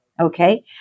Okay